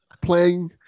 Playing